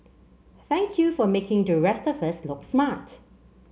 thank you for making the rest of us look smart